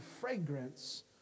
fragrance